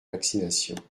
vaccinations